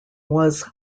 was